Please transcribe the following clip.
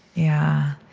yeah.